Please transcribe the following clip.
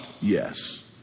Yes